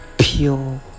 Pure